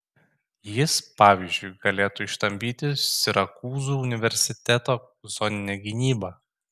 jis pavyzdžiui galėtų ištampyti sirakūzų universiteto zoninę gynybą